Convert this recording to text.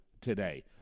today